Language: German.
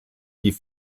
die